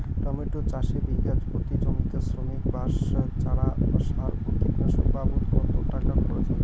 Tomato চাষে বিঘা প্রতি জমিতে শ্রমিক, বাঁশ, চারা, সার ও কীটনাশক বাবদ কত টাকা খরচ হয়?